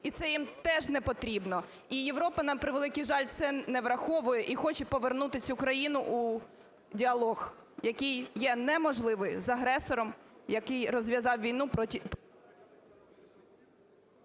І це їм теж не потрібно. І Європа, на превеликий жаль, це не враховує і хоче повернути цю країну у діалог, який є неможливий з агресором, який розв'язав війну.